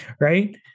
right